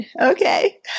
Okay